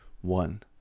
one